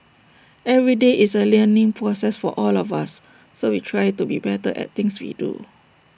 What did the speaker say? every day is A learning process for all of us so we try to be better at things we do